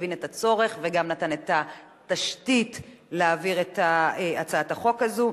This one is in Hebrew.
הוא מבין את הצורך וגם נתן את התשתית להעביר את הצעת החוק הזאת.